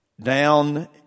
down